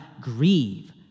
grieve